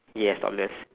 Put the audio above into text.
yes topless